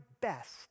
best